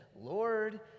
lord